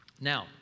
Now